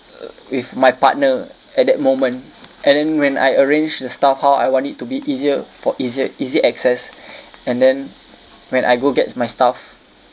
if my partner at that moment and then when I arrange the stuff how I want it to be easier for easier easy access and then when I go get my stuff